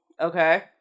Okay